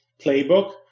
playbook